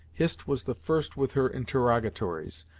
hist was the first with her interrogatories.